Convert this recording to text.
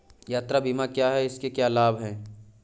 यात्रा बीमा क्या है इसके क्या लाभ हैं?